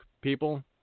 people